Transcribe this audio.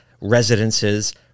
residences